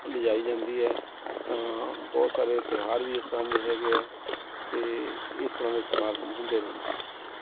ਲਿਜਾਈ ਜਾਂਦੀ ਹੈ ਤਾਂ ਬਹੁਤ ਸਾਰੇ ਤਿਉਹਾਰ ਵੀ ਇਸ ਤਰ੍ਹਾਂ ਦੇ ਹੈਗੇ ਆ ਅਤੇ ਇਸ ਤਰ੍ਹਾਂ ਦੇ ਸਮਾਗਮ ਹੁੰਦੇ ਰਹਿੰਦੇ